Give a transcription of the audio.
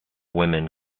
women